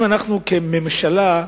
אם אנחנו, כממשלה,